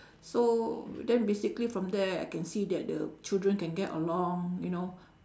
so then basically from there I can see that the children can get along you know